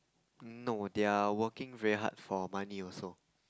no they are working very hard for money also